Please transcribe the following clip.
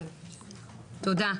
תודה.